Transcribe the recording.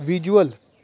visual